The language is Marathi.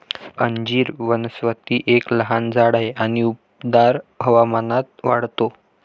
अंजीर वनस्पती एक लहान झाड आहे आणि उबदार हवामानात वाढते